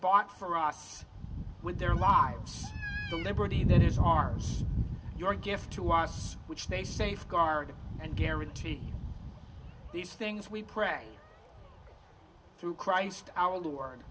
fought for us with their lives the liberty that is ours your gift to us which they safeguard and guarantee these things we pray through christ our lord